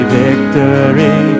victory